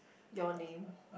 your name